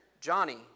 Johnny